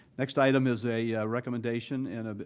next item is a recommendation and